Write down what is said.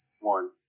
One